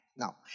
Now